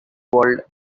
world